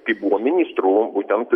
kai buvo ministru būtent